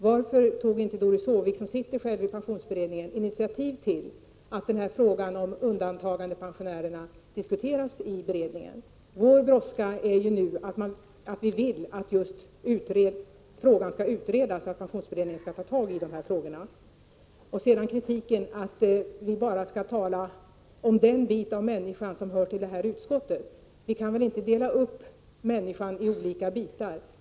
Varför tog inte Doris Håvik, som själv sitter i pensionsberedningen, initiativ till att frågan om undantagandepensionärerna diskuterades i beredningen? Vår brådska nu beror på att vi så att säga vill att frågan skall utredas och att pensionsberedningen skall ta tag i dessa frågor. Så till kritiken att vi så att säga bara skall tala om den bit av människan som hör till det och det utskottet. Vi kan väl inte dela upp människan i olika bitar.